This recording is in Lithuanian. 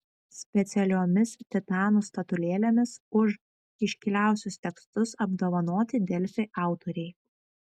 specialiomis titanų statulėlėmis už iškiliausius tekstus apdovanoti delfi autoriai